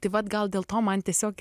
tai vat gal dėl to man tiesiog